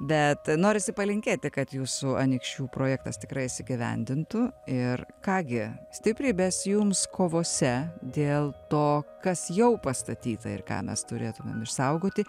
bet norisi palinkėti kad jūsų anykščių projektas tikrai įsigyvendintų ir ką gi stiprybės jums kovose dėl to kas jau pastatyta ir ką mes turėtumėm išsaugoti